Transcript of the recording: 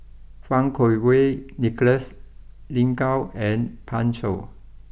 Fang Kuo Wei Nicholas Lin Gao and Pan Shou